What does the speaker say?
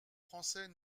français